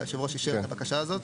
ויושב הראש אישר את הבקשה הזאת.